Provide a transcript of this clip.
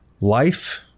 life